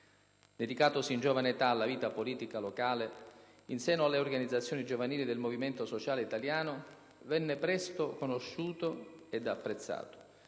Dedicatosi in giovane età alla vita politica locale in seno alle organizzazioni giovanili del Movimento Sociale Italiano, venne presto conosciuto ed apprezzato,